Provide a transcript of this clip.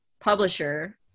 publisher